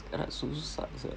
ah susah sia